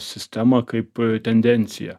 sistema kaip tendencija